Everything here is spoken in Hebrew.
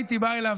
הייתי בא אליו,